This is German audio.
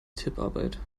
tipparbeit